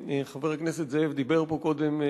חבר הכנסת הורוביץ דיבר פה קודם על